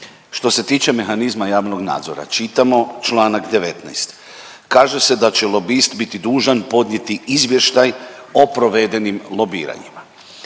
što se tiče mehanizma javnog nadzora, čitamo čl. 19. kaže se da će lobist biti dužan podnijeti izvještaj o provedenim lobiranjima.